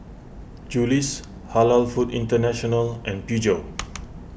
Julie's Halal Foods International and Peugeot